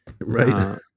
Right